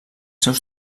seus